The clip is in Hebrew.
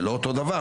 זה לא אותו דבר.